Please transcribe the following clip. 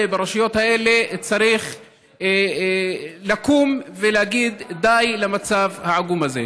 ברשויות האלה צריך לקום ולהגיד די למצב העגום הזה.